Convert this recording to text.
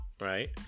right